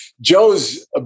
Joe's